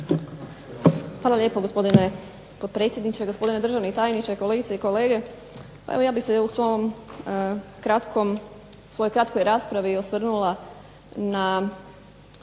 Hvala lijepo gospodine potpredsjedniče. Gospodine državni tajniče, kolegice i kolege zastupnici. Pa evo ja bih se u svojoj kratkoj raspravi osvrnula na